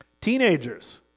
Teenagers